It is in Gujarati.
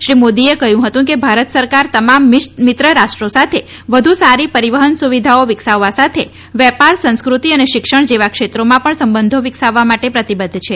શ્રી મોદીએ કહ્યું હતું કે ભારત સરકાર તમામ મિત્ર રાષ્રોટુ સાથે વધુ સારી પરિવહન સુવિધાઓ વિકસાવવા સાથે વેપાર સંસ્કૃતિ અને શિક્ષણ જેવા ક્ષેત્રોમાં પણ સંબંધો વિકસાવવા માટે પ્રતિબદ્વ છે